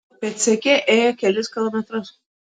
pėdsekė ėjo kelis kilometrus